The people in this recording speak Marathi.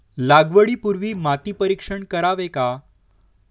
लागवडी पूर्वी माती परीक्षण करावे का?